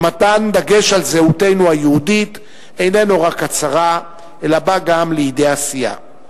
שמתן דגש על זהותנו היהודית איננו רק הצהרה אלא בא גם לידי עשייה.